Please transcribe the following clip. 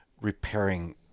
Repairing